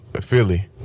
Philly